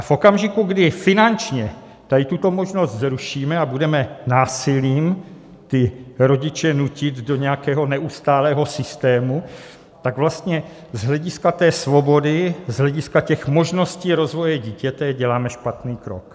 V okamžiku, kdy finančně tady tuto možnost zrušíme a budeme násilím rodiče nutit do nějakého neustálého systému, tak vlastně z hlediska svobody, z hlediska možností rozvoje dítě děláme špatný krok.